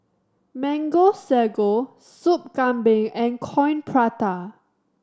Mango Sago Sup Kambing and Coin Prata